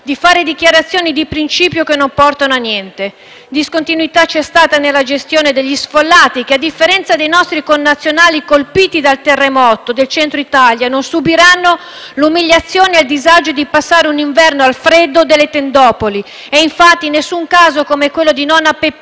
di fare dichiarazioni di principio che non portano a niente. Discontinuità c’è stata nella gestione degli sfollati che, a differenza dei nostri connazionali colpiti dal terremoto del Centro Italia, non subiranno l’umiliazione e il disagio di passare un inverno al freddo nelle tendopoli. E infatti, nessun caso come quello di nonna Peppina